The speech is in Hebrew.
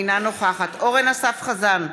אינה נוכחת אורן אסף חזן,